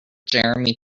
jeremy